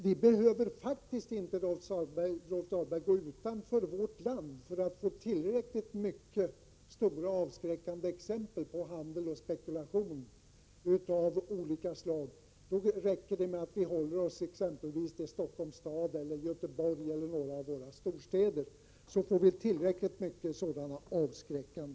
Vi behöver faktiskt inte, Rolf Dahlberg, gå utanför vårt lands gränser för att få tillräckligt många och mycket avskräckande exempel på handel och spekulation av olika slag. Det räcker med att ta exempel från Stockholm, Göteborg eller andra storstäder i vårt land.